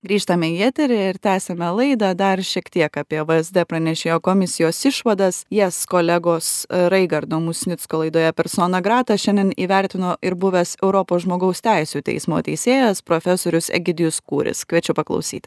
grįžtame į eterį ir tęsiame laidą dar šiek tiek apie vzd pranešėjo komisijos išvadas jas kolegos raigardo musnicko laidoje persona grata šiandien įvertino ir buvęs europos žmogaus teisių teismo teisėjas profesorius egidijus kūris kviečiu paklausyti